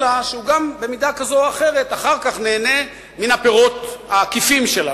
אלא הוא גם במידה כזאת או אחרת נהנה אחר כך מן הפירות העקיפים שלה,